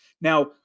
Now